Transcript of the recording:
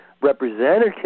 representative